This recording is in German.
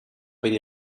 die